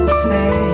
say